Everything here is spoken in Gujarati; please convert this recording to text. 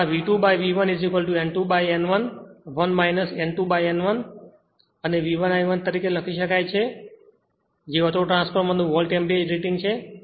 અથવા V2 by V1 N2 by N1 1 N2N1 અને V1 I1 લખી શકાય છે જે ઓટોટ્રાન્સફોર્મરનું વોલ્ટ એમ્પીયર રેટિંગ છે